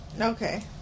Okay